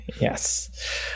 yes